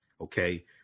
Okay